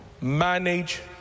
manage